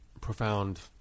profound